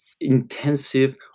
intensive